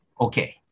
Okay